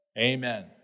amen